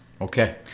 okay